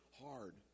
hard